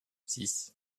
six